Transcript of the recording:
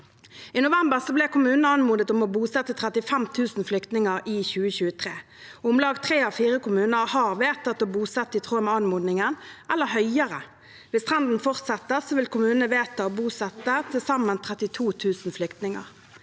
I november ble kommunene anmodet om å bosette 35 000 flyktninger i 2023. Om lag tre av fire kommuner har vedtatt å bosette i tråd med anmodningen eller et høyere antall. Hvis trenden fortsetter, vil kommunene vedta å bosette til sammen 32 000 flyktninger.